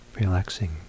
relaxing